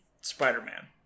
Spider-Man